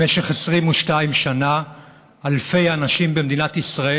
במשך 22 שנה אלפי אנשים במדינת ישראל